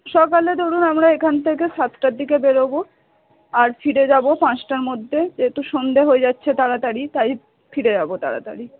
সকালে ধরুন আমরা এখান থেকে সাতটার দিকে বেরোব আর ফিরে যাব পাঁচটার মধ্যে যেহেতু সন্ধ্যা হয়ে যাচ্ছে তাড়াতাড়ি তাই ফিরে যাব তাড়াতাড়ি